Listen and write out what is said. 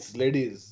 ladies